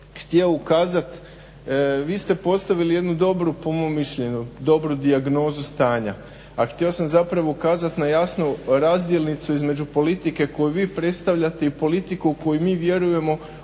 htio ukazati, vi ste postavili jednu dobru, po mom mišljenju dobru dijagnozu stanja. A htio sam zapravo ukazati na jasnu razdjelnicu između politike koju vi predstavljate i politiku u koju mi vjerujemo, o načinima